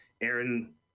Aaron